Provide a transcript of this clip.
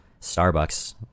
Starbucks